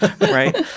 right